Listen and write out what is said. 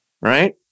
Right